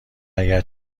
اگه